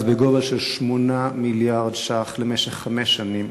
בגובה של 8 מיליארד ש"ח למשך חמש שנים,